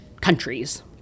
countries